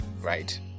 Right